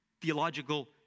theological